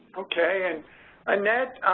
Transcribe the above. okay. and annette,